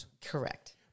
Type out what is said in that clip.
correct